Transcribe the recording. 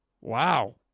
Wow